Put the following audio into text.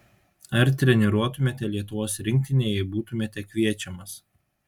ar treniruotumėte lietuvos rinktinę jei būtumėte kviečiamas